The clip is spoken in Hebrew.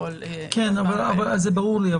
זה ברור לי.